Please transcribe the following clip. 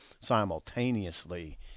simultaneously